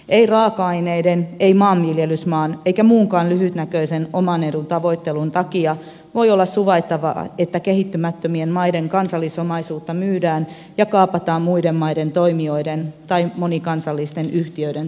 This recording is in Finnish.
ei raaka aineiden ei maanviljelysmaan eikä muunkaan lyhytnäköisen oman edun tavoittelun takia voi olla suvaittavaa että kehittymättömien maiden kansallisomaisuutta myydään ja kaapataan muiden maiden toimijoiden tai monikansallisten yhtiöiden toimesta